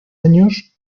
años